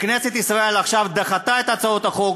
כנסת ישראל עכשיו דחתה את הצעות החוק,